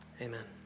Amen